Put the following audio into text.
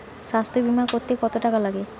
স্বাস্থ্যবীমা করতে কত টাকা লাগে?